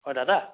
হয় দাদা